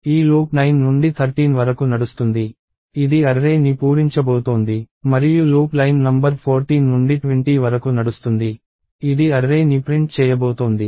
ఈ లూప్ 9 నుండి 13 వరకు నడుస్తుంది ఇది అర్రే ని పూరించబోతోంది మరియు లూప్ లైన్ నంబర్ 14 నుండి 20 వరకు నడుస్తుంది ఇది అర్రే ని ప్రింట్ చేయబోతోంది